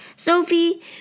Sophie